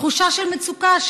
תחושה של מצוקה,